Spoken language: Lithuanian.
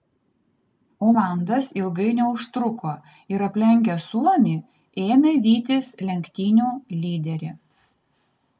olandas ilgai neužtruko ir aplenkęs suomį ėmė vytis lenktynių lyderį